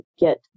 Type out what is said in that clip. get